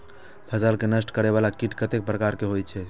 फसल के नष्ट करें वाला कीट कतेक प्रकार के होई छै?